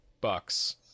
bucks